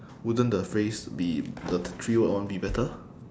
wouldn't the phrase be the three word one be better